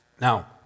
Now